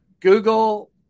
Google